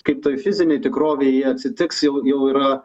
kaip toj fizinėj tikrovėj atsitiksjau jau yra